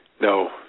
No